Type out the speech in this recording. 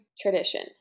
tradition